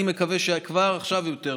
אני מקווה שכבר עכשיו יותר טוב.